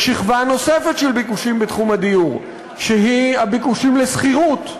יש שכבה נוספת של ביקושים בתחום הדיור שהיא הביקושים לשכירות.